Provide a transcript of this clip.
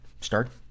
start